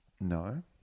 No